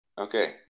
Okay